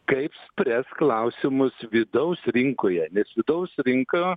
kaip spręs klausimus vidaus rinkoje nes vidaus rinka